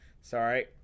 Sorry